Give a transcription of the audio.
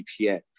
VPN